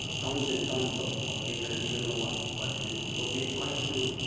tons and tons of of data that you don't know what but to do. so we are trying to